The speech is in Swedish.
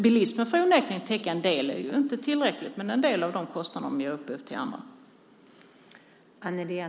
Bilismen täcker onekligen en del av de kostnader, dock inte tillräckligt, som den ger upphov till för andra.